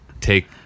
take